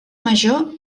major